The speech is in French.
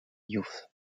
youth